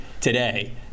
today